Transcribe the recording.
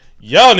y'all